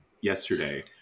yesterday